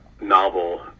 novel